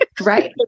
Right